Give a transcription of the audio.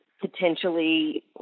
potentially